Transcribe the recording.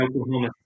Oklahoma